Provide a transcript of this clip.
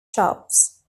shops